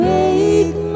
Wake